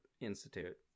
institute